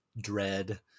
dread